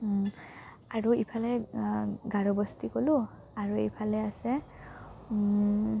আৰু ইফালে গাৰ'বস্তি ক'লোঁ আৰু ইফালে আছে